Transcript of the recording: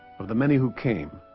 of the many who came